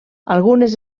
algunes